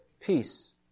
peace